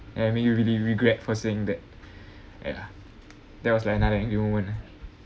and make you really regret for saying that ya that was like another angry moment ah ya